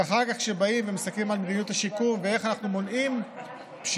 ואחר כך כשבאים ומסתכלים על מדיניות השיקום ואיך אנחנו מונעים פשיעה,